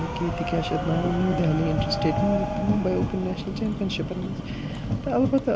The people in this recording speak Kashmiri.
ییٚکیٛاہ ییٚتہِ کیٛاہ چھِ اَتھ ناو نِو دہلی اِنٛٹَرسِٹیٹ میٖٹ تہٕ ممبٕے اوپُن نیشنَل چمپینشِپَن منٛز تہٕ البتہ